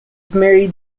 married